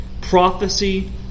prophecy